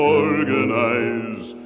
organize